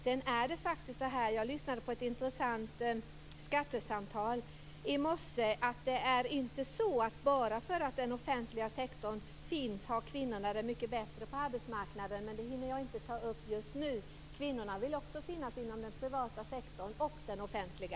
Sedan är det faktiskt inte så - jag lyssnade till ett intressant skattesamtal i morse - att bara för att den offentliga sektorn finns har kvinnorna det mycket bättre på arbetsmarknaden. Det hinner jag dock inte ta upp just nu. Kvinnorna vill finnas inom den privata sektorn och den offentliga.